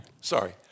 Sorry